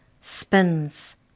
spins